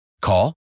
Call